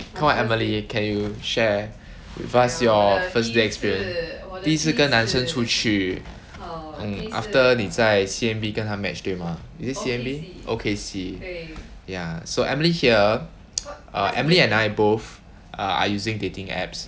come on emily can you share with us your first date experience 第一次跟男生出去 mm after 你在 C_M_B 跟他 match 对吗 is it C_M_B O_K_C ya so emily here err emily and I both err are using dating apps